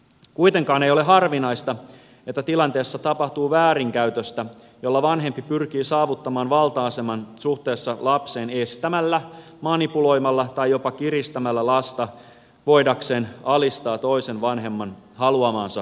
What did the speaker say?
kuitenkaan ei ole harvinaista että tilanteessa tapahtuu väärinkäytöstä jolla vanhempi pyrkii saavuttamaan valta aseman suhteessa lapseen estämällä manipuloimalla tai jopa kiristämällä lasta voidakseen alistaa toisen vanhemman haluamaansa sopimukseen